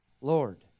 Lord